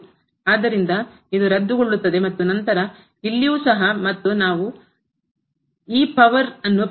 ಆದ್ದರಿಂದ ಇದು ರದ್ದುಗೊಳ್ಳುತ್ತದೆ ಮತ್ತು ನಂತರ ಇಲ್ಲಿಯೂ ಸಹ ಮತ್ತು ನೀವು ಈ ಪವರ್ ಪಡೆಯುತ್ತೀರಿ